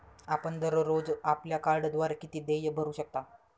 आपण दररोज आपल्या कार्डद्वारे किती देय भरू शकता?